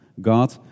God